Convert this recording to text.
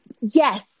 Yes